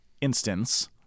instance